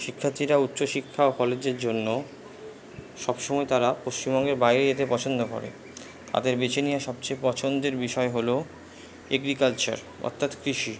শিক্ষার্থীরা উচ্চশিক্ষা ও কলেজের জন্য সবসময় তারা পশ্চিমবঙ্গের বাইরে যেতে পছন্দ করে তাদের বেছে নেওয়া সবচেয়ে পছন্দের বিষয় হল এগ্রিকালচার অর্থাৎ কৃষি